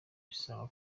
bisanga